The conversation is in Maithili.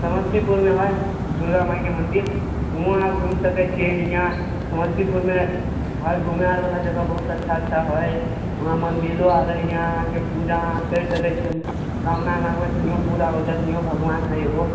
समस्तीपुरमे ही दुर्गा माइके मन्दिर हुऑं आर घुमि सकै छियै हिऑं समस्तीपुरमे हइ घुमे आर बाला जगह बहुत अच्छा अच्छा हइ वहाँ मदिरो आर हइ हिऑं अहाँकेँ पुजा अहाँ करि सकै छी कामना माँगबै तऽ हिओ पुरा हो जायत हिओ भगवान हइ एगो